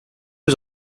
was